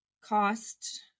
cost